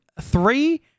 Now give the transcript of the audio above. three